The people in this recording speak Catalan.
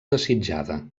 desitjada